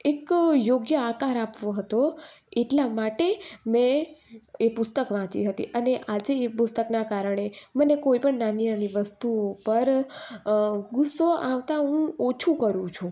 એક યોગ્ય આકાર આપવો હતો એટલા માટે મેં એ પુસ્તક વાંચી હતી અને આજે એ પુસ્તકના કારણે મને કોઈપણ નાની નાની વસ્તુ ઉપર ગુસ્સો આવતા હું ઓછું કરું છું